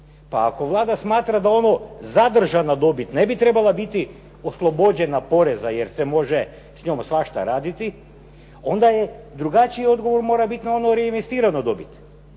Pa ako Vlada smatra da ovo zadržana dobit ne bi trebala biti oslobođena poreza, jer se može s njom svašta raditi, onda je drugačiji odgovor mora biti na onu reinvestiranu dobit.